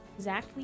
Zach